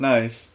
Nice